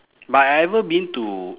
but I ever been to